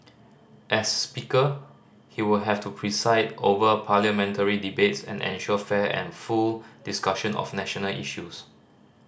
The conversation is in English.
as Speaker he will have to preside over Parliamentary debates and ensure fair and full discussion of national issues